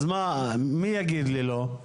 אז מי יגיד לי לא?